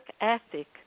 ethic